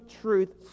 truth